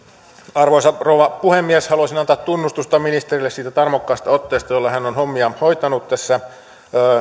arvoisa rouva puhemies haluaisin antaa tunnustusta ministerille siitä tarmokkaasta otteesta jolla hän on hommiaan hoitanut tässä